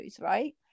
right